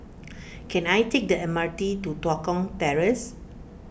can I take the M R T to Tua Kong Terrace